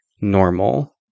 Normal